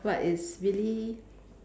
but it's really